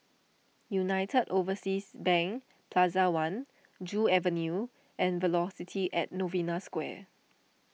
United Overseas Bank Plaza one Joo Avenue and Velocity at Novena Square